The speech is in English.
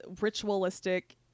ritualistic